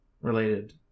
related